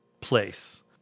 place